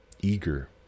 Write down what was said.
eager